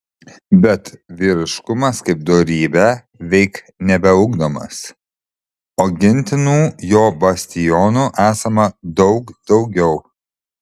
bet vyriškumas kaip dorybė veik nebeugdomas o gintinų jo bastionų esama daug daugiau